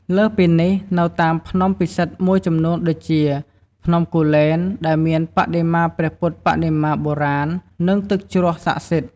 លើសពីនេះ នៅតាមភ្នំពិសិដ្ឋមួយចំនួនដូចជា ភ្នំគូលែន ដែលមានបដិមាព្រះពុទ្ធបដិមាបុរាណ និងទឹកជ្រោះស័ក្តិសិទ្ធិ។